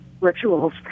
rituals